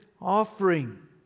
offering